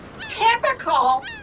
Typical